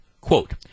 quote